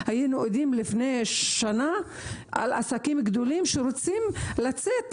לפני שנה היינו עדים לעסקים גדולים שרוצים לצאת.